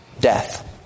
Death